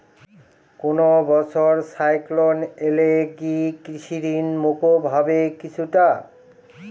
কোনো বছর সাইক্লোন এলে কি কৃষি ঋণ মকুব হবে কিছুটা?